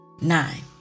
Nine